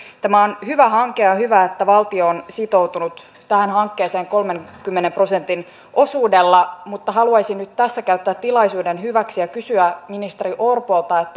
tämä on hyvä hanke ja on hyvä että valtio on sitoutunut tähän hankkeeseen kolmenkymmenen prosentin osuudella mutta haluaisin nyt tässä käyttää tilaisuuden hyväksi ja kysyä ministeri orpolta